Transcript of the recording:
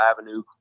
Avenue